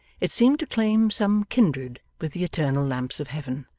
it seemed to claim some kindred with the eternal lamps of heaven,